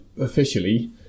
officially